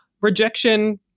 rejection